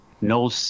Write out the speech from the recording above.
no